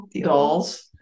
dolls